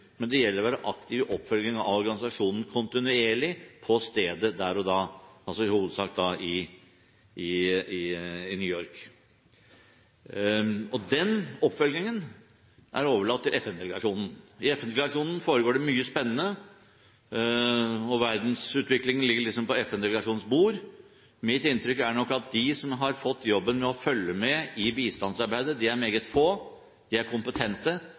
men det gjelder å være aktiv i oppfølgingen av organisasjonen kontinuerlig, på stedet der og da, altså i hovedsak i New York. Den oppfølgingen er overlatt til FN-delegasjonen. I FN-delegasjonen foregår det mye spennende, og verdensutviklingen ligger på FN-delegasjonens bord. Mitt inntrykk er nok at de som har fått jobben med å følge med i bistandsarbeidet, er meget få, de er kompetente,